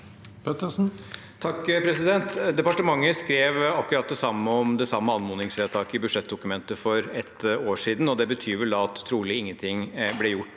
(H) Departementet skrev akkurat det samme om det samme anmodningsvedtaket i budsjettdokumentet for ett år siden, og det betyr vel trolig at ingenting ble gjort